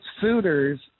suitors